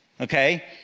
okay